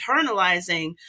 internalizing